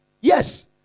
Yes